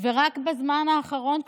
ורק בזמן האחרון,